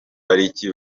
pariki